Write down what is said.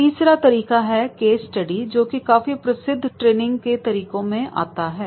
तीसरा तरीका है केस स्टडी जोकि काफी प्रसिद्ध ट्रेनिंग करने के तरीकों में आता है